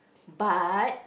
but